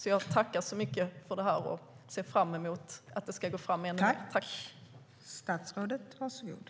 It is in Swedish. Jag tackar så mycket för det och ser fram emot att det ska gå framåt ännu mer.